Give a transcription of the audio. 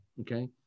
okay